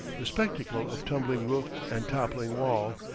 the spectacle of tumbling roof and toppling wall,